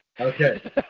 Okay